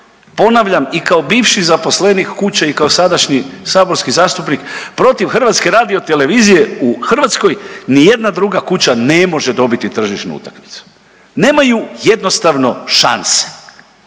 Ponavljam, i kao bivši zaposlenik kuće i kao sadašnji saborski zastupnik protiv HRT-a u Hrvatskoj nijedna druga kuća ne može dobiti tržišnu utakmicu, nemaju jednostavno šanse.